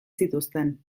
zituzten